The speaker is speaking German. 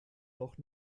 noch